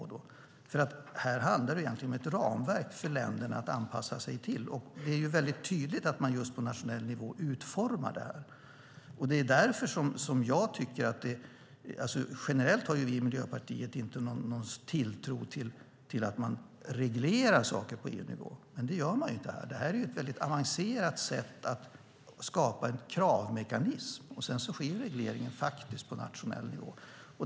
Här handlar det för länderna om att anpassa sig till ett ramverk. Det är tydligt att man utformar det på nationell nivå. Generellt har vi i Miljöpartiet inte någon tilltro till att reglera saker på EU-nivå, men det gör man inte här. Det här är ett avancerat sätt att skapa en kravmekanism, och sedan sker regleringen faktiskt på nationell nivå.